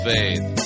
Faith